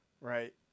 right